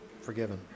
Forgiven